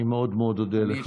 אני מאוד מאוד אודה לך.